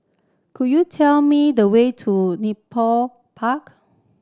could you tell me the way to Nepal Park